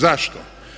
Zašto?